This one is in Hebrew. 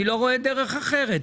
אני לא רואה דרך אחרת.